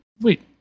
Wait